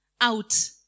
out